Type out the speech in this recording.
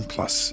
Plus